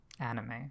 Anime